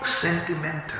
sentimental